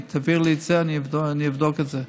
תעביר לי את זה, אני אבדוק את זה.